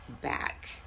back